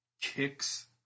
kicks